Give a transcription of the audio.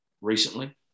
recently